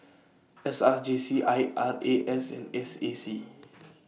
S R J C I R A S and S A C